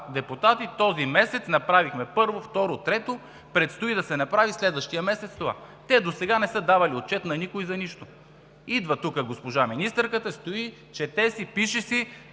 депутати, този месец направихме първо, второ, трето, а предстои да се направи през следващия месец това.“ Те досега не са давали отчет на никой за нищо! Идва тук госпожа министърката – стои, чете си, пише си,